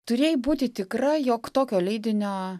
turėjai būti tikra jog tokio leidinio